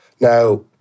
Now